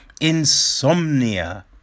Insomnia